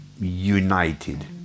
united